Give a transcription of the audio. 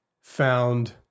found